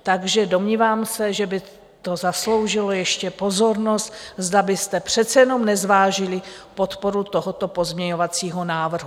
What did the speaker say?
Takže domnívám se, že by to zasloužilo ještě pozornost, zda byste přece jenom nezvážili podporu tohoto pozměňovacího návrhu.